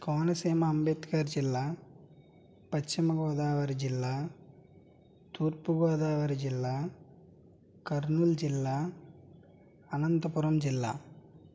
కోనసీమ అంబేద్కర్ జిల్లా పశ్చిమ గోదావరి జిల్లా తూర్పు గోదావరి జిల్లా కర్నూల్ జిల్లా అనంతపురం జిల్లా